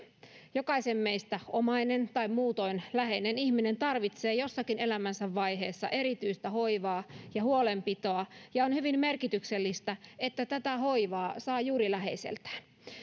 jokaisen meidän omainen tai muutoin läheinen ihminen tarvitsee jossakin elämänsä vaiheessa erityistä hoivaa ja huolenpitoa ja on hyvin merkityksellistä että tätä hoivaa saa juuri läheiseltään